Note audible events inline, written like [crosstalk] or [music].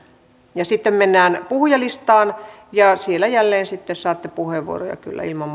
sitten mennään puhujalistaan ja siellä jälleen sitten saatte kyllä puheenvuoroja ilman [unintelligible]